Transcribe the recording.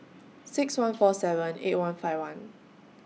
six one four seven eight one five one